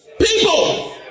people